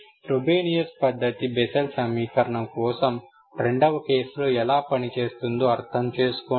Frobenius పద్ధతి Bessel సమీకరణం కోసం రెండవ కేసులో ఎలా పనిచేస్తుందో అర్థం చేసుకోండి